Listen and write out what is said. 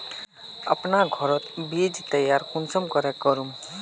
अपना घोरोत बीज तैयार कुंसम करे करूम?